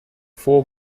four